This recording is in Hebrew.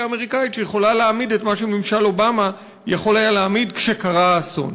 האמריקנית שיכולה להעמיד את מה שממשל אובמה יכול היה להעמיד כשקרה האסון.